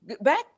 back